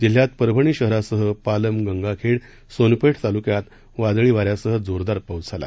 जिल्ह्यात परभणी शहरासह पालम गंगाखेड सोनपेठ तालुक्यात वादळी वाऱ्यासह जोरदार पाऊस झाला